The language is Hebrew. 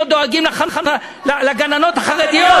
לא דואגים לגננות החרדיות?